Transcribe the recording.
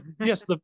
Yes